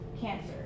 cancer